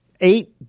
eight